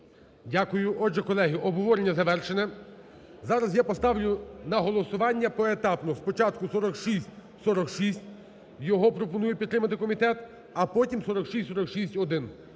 Дякую. Отже, колеги обговорення завершене. Зараз я поставлю на голосування поетапно: спочатку 4646, його пропонує підтримати комітет, а потім 4646-1.